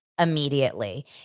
Immediately